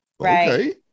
okay